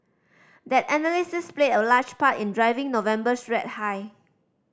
that analysis played a large part in driving November's rate hike